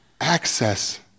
access